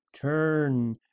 turn